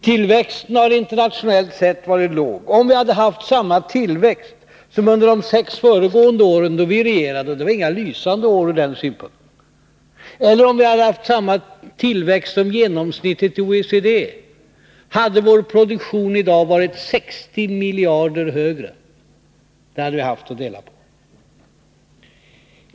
Tillväxten har internationellt sett varit låg. Om vi hade haft samma tillväxt som under de sex föregående åren, då vi regerade — och det var inga lysande årur den synpunkten — eller om vi hade haft samma tillväxt som genomsnittet för OECD, hade vår produktion i dag varit 60 miljarder kronor högre. Vi hade då haft så mycket mer att dela på.